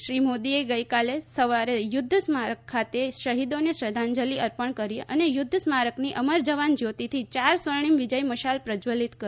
શ્રી મોદીએ ગઈકાલે સવારે યુદ્ધ સ્મારક ખાતે શહીદોને શ્રદ્ધાંજલિ અર્પણ કરી અને યુદ્ધ સ્મારકની અમર જવાન જ્યોતિથી ચાર સ્વર્ણિમ વિજય મશાલ પ્રશ્વલિત કરી